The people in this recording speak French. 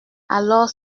alors